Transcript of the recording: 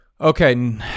Okay